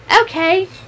Okay